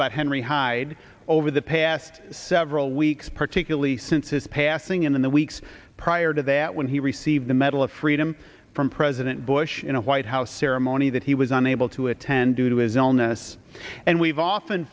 about henry hyde over the past several weeks particularly since his passing in the weeks prior to that when he received the medal of freedom from president bush in a white house ceremony that he was unable to attend due to his illness and we've often